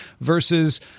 versus